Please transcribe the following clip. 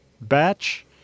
batch